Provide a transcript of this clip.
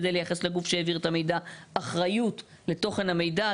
כדי לייחס לגוף שהעביר את המידע אחריות לתוכן המידע.